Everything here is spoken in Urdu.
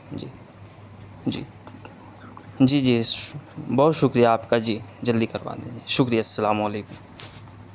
جی جی جی جی بہت شکریہ آپ کا جی جلدی کروا دیجیے شکریہ السلام علیکم